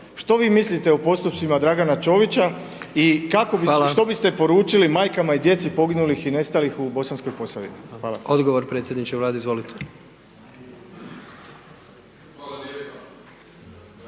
što vi mislite o postupcima Draga Čovića i što biste poručili majkama i djeci poginulih i nestalih u Bosanskoj Posavini? **Jandroković, Gordan (HDZ)**